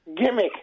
Gimmick